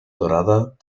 doradas